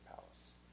palace